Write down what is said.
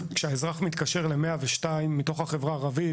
כשאזרח ערבי מתקשר ל-102 ורוצה לדבר בערבית,